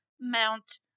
mount